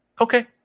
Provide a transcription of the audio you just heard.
okay